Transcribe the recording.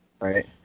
Right